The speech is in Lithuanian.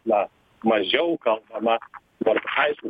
na mažiau kalbama nors aišku